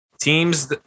Teams